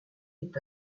est